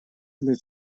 для